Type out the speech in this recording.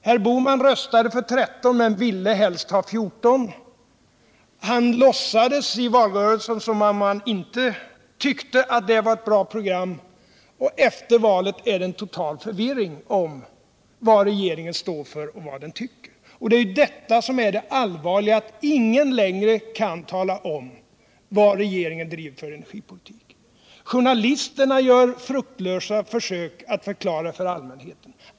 Herr Bohman röstade för 13 men ville helst ha 14. Han låtsades i valrörelsen som om han inte tyckte att det var ett bra program, och efter valet är det en total förvirring om vad regeringen står för och vad den tycker. Det är detta som är det allvarliga att ingen längre kan tala om vilken energipolitik regeringen driver. Journalisterna gör fruktlösa försök att förklara det för allmänheten.